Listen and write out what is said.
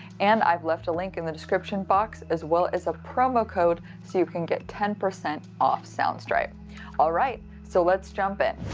and i've left a link in the description box as well as a promo code so you can get ten percent off soundstripe alright, so let's jump in!